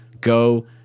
Go